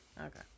Okay